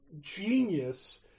genius